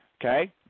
Okay